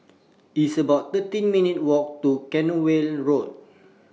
It's about thirteen minutes' Walk to Cranwell Road